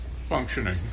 functioning